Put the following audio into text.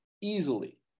easily